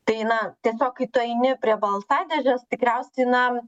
tai na tiesiog kai tu eini prie balsadėžės tikriausiai na